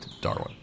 Darwin